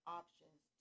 options